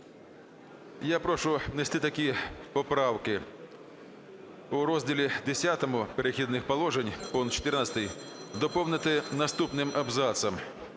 Я прошу внести такі поправки. У Розділі X "Перехідних положень" пункт 14 доповнити наступним абзацом: